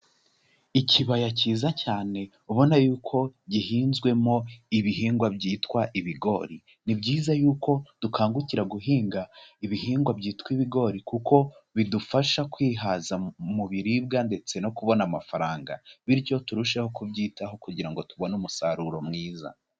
Ikibaya cyiza cyane ubona y'uko gihinzwemo ibihingwa byitwa ibigori, ni byiza y'uko dukangukira guhinga ibihingwa byitwa ibigori kuko bidufasha kwihaza mu biribwa ndetse no kubona amafaranga, bityo turusheho kubyitaho kugira ngo tubone umusaruro mwiza.